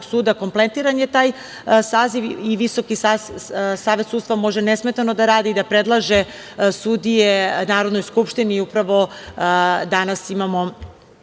suda kompletiran je taj saziv i VSS može nesmetano da radi i da predlaže sudije Narodnoj skupštini. Upravo danas imamo